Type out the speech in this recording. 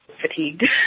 fatigued